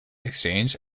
exchange